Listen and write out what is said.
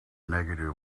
negative